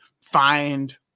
find